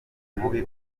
mubi